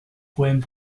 poèmes